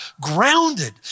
grounded